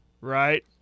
Right